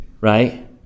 Right